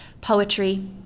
poetry